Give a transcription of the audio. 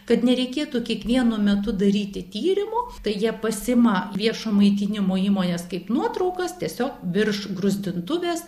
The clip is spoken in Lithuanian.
kad nereikėtų kiekvienu metu daryti tyrimo tai jie pasiima viešo maitinimo įmones kaip nuotraukas tiesiog virš gruzdintuvės